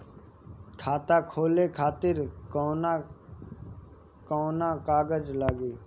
खाता खोले खातिर केतना केतना कागज लागी?